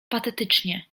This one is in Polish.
patetycznie